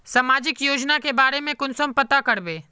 सामाजिक योजना के बारे में कुंसम पता करबे?